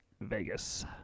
Vegas